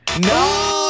No